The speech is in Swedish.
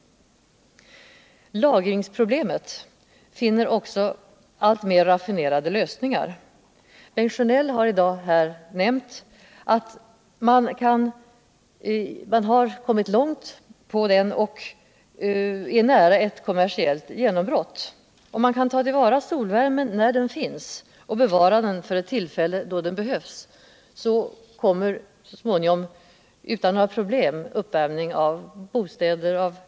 Lagringsproblemet finner också alltmer raffinerade lösningar. Benet Sjönell har här i; dag nämnt att man har kommit långt på den vägen och är nära ett kommersiellt genombrott. Om man kan ta ull vara solvärmen när den finns och bevara den för det tillfälle då den behövs. kommer så småningom uppvärmning av bostäder.